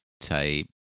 type